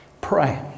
Pray